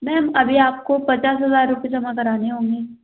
ma'am अभी आपको पचास हज़ार रुपये जमा कराने होंगे